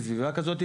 בסביבה כזאת,